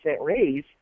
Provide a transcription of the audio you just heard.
raise